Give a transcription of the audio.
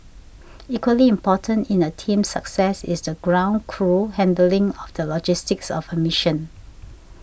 equally important in a team's success is the ground crew handling of the logistics of a mission